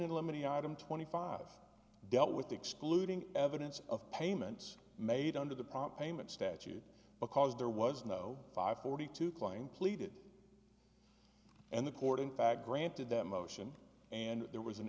in limine item twenty five dealt with excluding evidence of payments made under the proper name and statute because there was no five forty to claim pleaded and the court in fact granted that motion and there was an